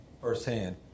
firsthand